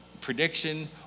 prediction